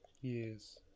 Yes